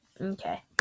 Okay